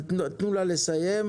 לה לסיים,